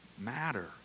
matter